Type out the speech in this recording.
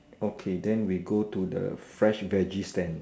okay then we go to the fresh veggies stand